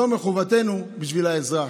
זה מחובתנו בשביל האזרח.